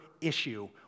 issue